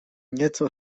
nieco